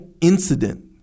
incident